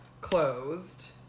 closed